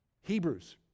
Hebrews